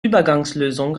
übergangslösung